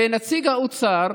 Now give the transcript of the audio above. ונציג האוצר